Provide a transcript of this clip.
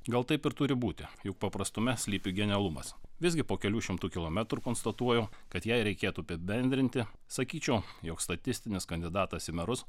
gal taip ir turi būti juk paprastume slypi genialumas visgi po kelių šimtų kilometrų konstatuoju kad jei reikėtų apibendrinti sakyčiau jog statistinis kandidatas į merus